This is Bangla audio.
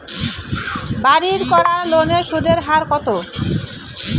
বাড়ির করার লোনের সুদের হার কত?